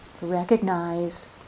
Recognize